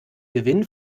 gewinn